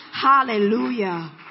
Hallelujah